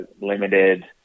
limited